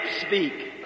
speak